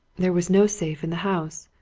there was no safe in the house.